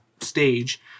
stage